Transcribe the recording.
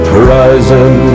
Horizon